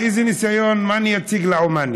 איזה ניסיון, מה אני אציג לעומאנים?